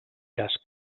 cas